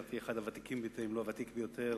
לדעתי אחד הוותיקים ביותר,